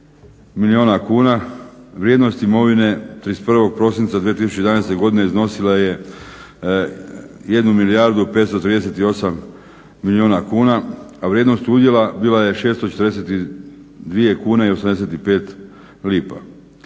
milijuna kuna, vrijednost imovine 31. prosinca 2011.godine iznosila je 1 milijardu 538 milijuna kuna, a vrijednost udjela bila je 642,85 kune,